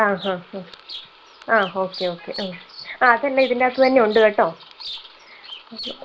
ആ ഹാ ഹ ആ ഓക്കെ ഓക്കെ ആ അതെല്ലാം ഇതിൻ്റെ അകത്ത് തന്നെ ഉണ്ട് കേട്ടോ